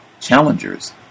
Challengers